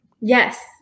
Yes